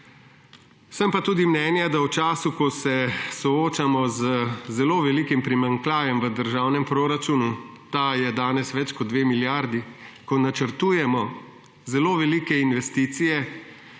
Sem pa tudi mnenja, da v času, ko se soočamo z zelo velikim primanjkljajem v državnem proračunu, ta je danes več kot 2 milijardi, ko načrtujemo zelo velike investicije,